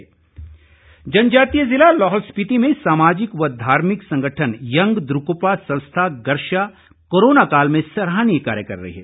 संस्था जनजातीय जिला लाहौल स्पीति में सामाजिक व धार्मिक संगठन यंग द्रकपा संस्था गरशा कोरोना काल में सराहनीय कार्य कर रही है